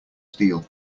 steel